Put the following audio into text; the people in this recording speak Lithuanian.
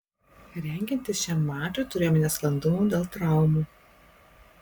rengiantis šiam mačui turėjome nesklandumų dėl traumų